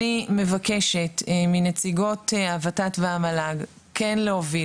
אני מבקשת מנציגות הות"ת והמל"ג כן להוביל